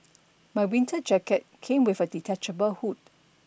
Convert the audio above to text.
my winter jacket came with a detachable hood